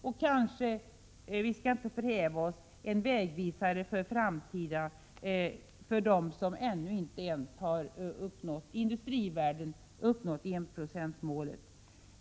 Det kunde kanske bli en bra vägvisare i framtiden för dem som ännu inte ens har uppnått enprocentsmålet i industrivärlden. Vi skall emellertid inte förhäva oss.